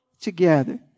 together